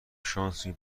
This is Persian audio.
شانسی